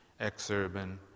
exurban